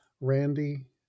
Randy